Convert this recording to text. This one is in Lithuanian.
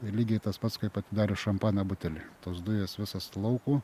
ir lygiai tas pats kaip atidarius šampano butelį tos dujos visas laukų